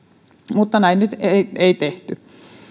mutta näin nyt ei ei tehty